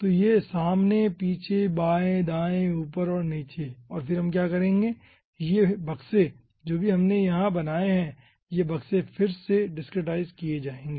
तो यह सामने पीछे बाएं दाएं और ऊपर और नीचे और फिर हम क्या करेंगे ये बक्से जो भी हमने बनाए है ये बक्से फिर से डिसक्रीटाईज किए जाएंगे